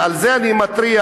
ועל זה אני מתריע,